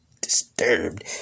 disturbed